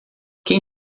quem